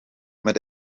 met